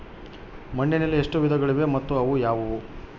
ಮಣ್ಣಿನಲ್ಲಿ ಎಷ್ಟು ವಿಧಗಳಿವೆ ಮತ್ತು ಅವು ಯಾವುವು?